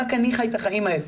רק אני חי את החיים האלה.